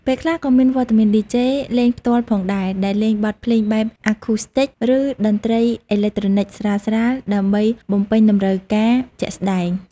ពេលខ្លះក៏មានវត្តមានឌីជេ លេងផ្ទាល់ផងដែរ ដែលលេងបទភ្លេងបែប អាឃូស្ទីច ឬ តន្ត្រីអេឡិចត្រូនិច ស្រាលៗ ដើម្បីបំពេញតម្រូវការជាក់ស្តែង។